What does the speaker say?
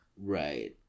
Right